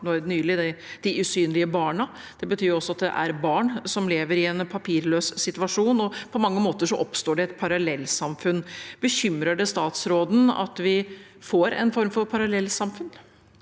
rapporten De usynlige barna. Det betyr også at det er barn som lever i en papirløs situasjon, og på mange måter oppstår det et parallellsamfunn. Bekymrer det statsråden at vi får en form for parallellsamfunn?